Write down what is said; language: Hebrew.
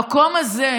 המקום הזה,